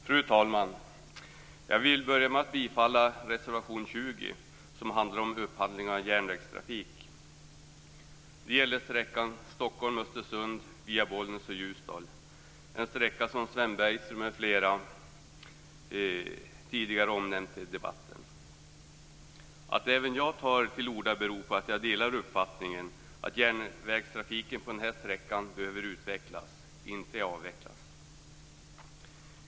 Fru talman! Jag vill börja med att yrka bifall till reservation 20 som handlar om upphandling av järnvägstrafik. Att även jag tar till orda beror på att jag delar uppfattningen att järnvägstrafiken på den här sträckan behöver utvecklas, inte avvecklas.